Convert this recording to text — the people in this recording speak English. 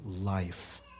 life